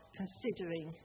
considering